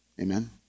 Amen